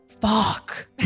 Fuck